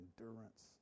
endurance